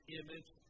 image